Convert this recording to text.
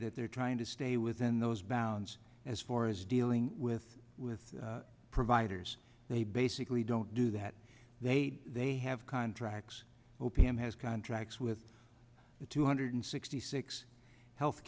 that they're trying to stay within those bounds as far as dealing with with providers they basically don't do that they they have contracts o p m has contracts with the two hundred six six health